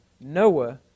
Noah